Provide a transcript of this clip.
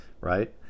right